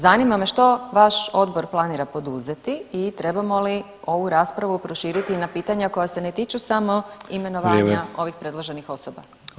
Zanima me što vaš odbor planira poduzeti i trebamo li ovu raspravu proširiti na pitanja koja se ne tiču samo [[Upadica Sanader: Vrijeme.]] imenovanja ovih predloženih osoba?